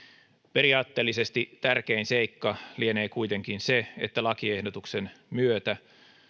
periaatteellisesti tärkein seikka lienee kuitenkin se että lakiehdotuksen myötä